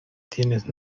tienes